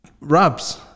rubs